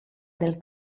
del